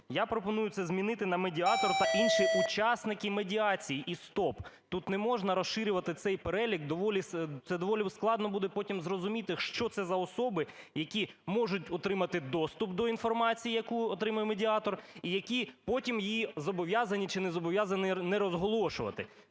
Я пропоную це змінити на "медіатор та інші учасники медіації" – і стоп. Тут не можна розширювати цей перелік, це доволі складно буде потім зрозуміти, що це за особи, які можуть отримати доступ до інформації, яку отримує медіатор, і які потім її зобов'язані чи не зобов'язані не розголошувати.